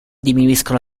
diminuiscono